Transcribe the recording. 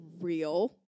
real